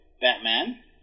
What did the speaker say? Batman